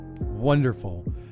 wonderful